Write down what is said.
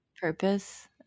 purpose